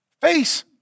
Face